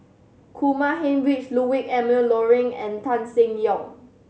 Kumar Heinrich Ludwig Emil Luering and Tan Seng Yong